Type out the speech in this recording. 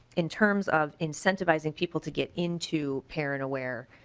in terms of incentvising people to get into parent aware